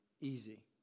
easy